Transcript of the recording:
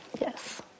Yes